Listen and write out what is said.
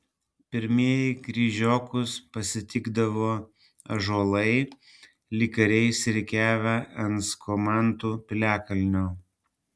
pirmieji kryžiokus pasitikdavo ąžuolai lyg kariai išsirikiavę ant skomantų piliakalnio